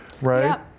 Right